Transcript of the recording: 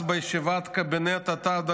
אז בישיבת קבינט אתה,